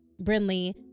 Brinley